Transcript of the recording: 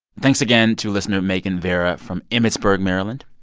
thanks again to listener megan vera from emmitsburg, md. um and